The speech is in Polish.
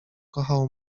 kochał